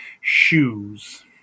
shoes